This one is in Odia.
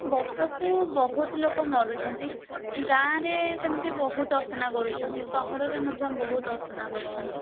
ବର୍ଷକୁ ବହୁତ ଲୋକ ମରୁଛନ୍ତି ଗାଁରେ ସେମିତି ବହୁତ ଅସନା କରୁଛନ୍ତି ସହରରେ ମଧ୍ୟ ବହୁତ ଅସନା କରୁଛନ୍ତି